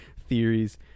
theories